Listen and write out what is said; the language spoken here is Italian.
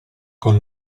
con